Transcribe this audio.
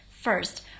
first